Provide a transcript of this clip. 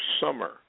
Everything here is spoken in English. summer